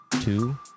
two